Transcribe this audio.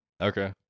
okay